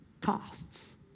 costs